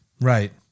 Right